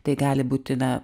tai gali būti na